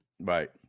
Right